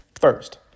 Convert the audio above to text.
First